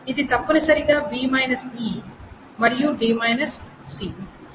ఇది తప్పనిసరిగా b e మరియు d c